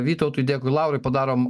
vytautui dėkui laurui padarom